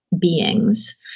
beings